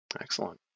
Excellent